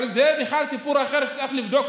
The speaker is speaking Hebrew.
זה בכלל סיפור אחר שצריך לבדוק,